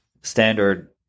standard